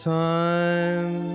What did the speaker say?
time